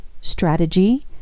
strategy